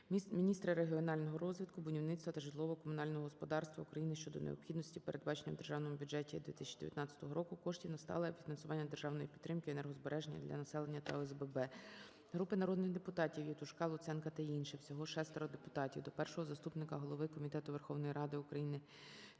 Міністра регіонального розвитку, будівництва та житлово-комунального господарства України щодо необхідності передбачення у Держбюджеті 2019 року коштів на стале фінансування державної підтримки енергозбереження для населення та ОСББ. Групи народних депутатів (Євтушка, Луценка та інших. Всього 6 депутатів) до Першого заступника голови Комітету Верховної Ради України